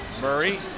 Murray